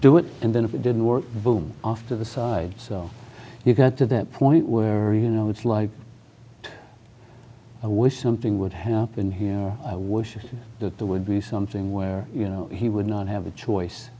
do it and then if it didn't work the off to the side so you got to that point where you know it's like i wish something would happen here i wished that there would be something where you know he would not have a choice